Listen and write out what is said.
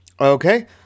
Okay